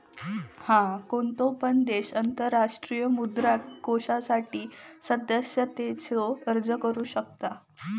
हा, कोणतो पण देश आंतरराष्ट्रीय मुद्रा कोषासाठी सदस्यतेचो अर्ज करू शकता